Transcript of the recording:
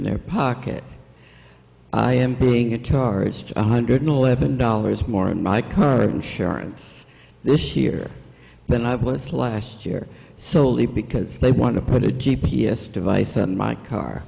their pocket i am being a charged one hundred eleven dollars more in my car insurance this year than i was last year soley because they want to put a g p s device on my car